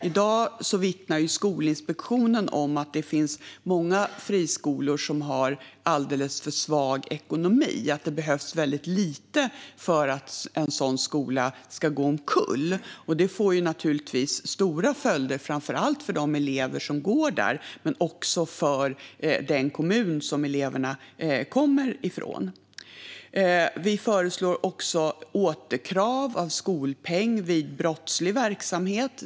I dag vittnar Skolinspektionen om att det finns många friskolor som har alldeles för svag ekonomi och att det behövs väldigt lite för att en sådan skola ska gå omkull. Det får naturligtvis stora följder, framför allt för de elever som går där men också för den kommun som eleverna kommer från. Vi föreslår återkrav av skolpeng vid brottslig verksamhet.